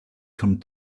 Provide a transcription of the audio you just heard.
come